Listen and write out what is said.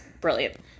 brilliant